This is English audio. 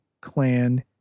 Clan